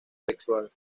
sexual